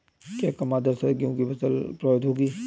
क्या कम आर्द्रता से गेहूँ की फसल प्रभावित होगी?